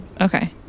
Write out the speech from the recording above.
Okay